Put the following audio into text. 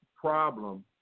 problem